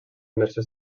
inversió